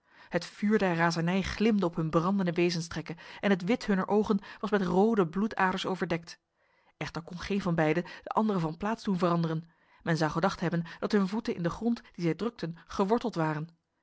het vuur der razernij glimde op hun brandende wezenstrekken en het wit hunner ogen was met rode bloedaders overdekt echter kon geen van beiden de andere van plaats doen veranderen men zou gedacht hebben dat hun voeten in de grond die zij drukten geworteld waren